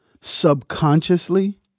subconsciously